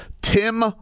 Tim